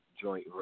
joint